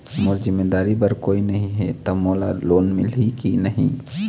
मोर जिम्मेदारी बर कोई नहीं हे त मोला लोन मिलही की नहीं?